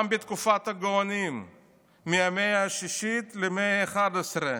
גם בתקופת הגאונים מהמאה השישית למאה ה-11,